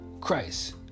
Christ